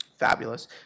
fabulous